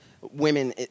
women